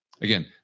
Again